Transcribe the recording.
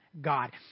God